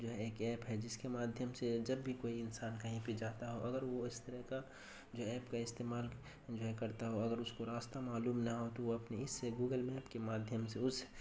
جو ہے ایک ایپ ہے جس کے مادھیم سے جب بھی کوئی انسان کہیں پہ جاتا ہے اور اگر وہ اس طرح کا جو ایپ کا استعمال جو ہے کرتا ہے اور اگر اس کو راستہ معلوم نہ ہو تو وہ اپنی اس سے گوگل میپ کے مادھیم سے اس